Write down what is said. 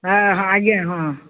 ହଁ ହଁ ଆଜ୍ଞା ହଁ